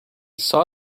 saw